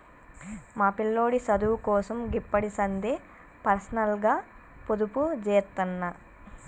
మా పిల్లోడి సదువుకోసం గిప్పడిసందే పర్సనల్గ పొదుపుజేత్తన్న